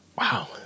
Wow